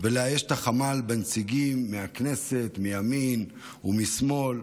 ולאייש את החמ"ל בנציגים מהכנסת מימין ומשמאל.